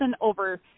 over